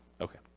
Okay